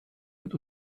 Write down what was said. mit